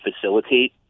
facilitate